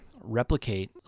replicate